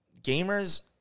gamers